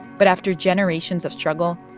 but after generations of struggle,